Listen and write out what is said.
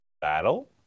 Battle